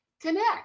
connect